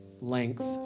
length